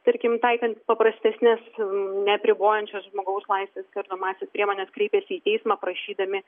tarkim taikant paprastesnes neapribojančias žmogaus laisves kardomąsias priemones kreipiasi į teismą prašydami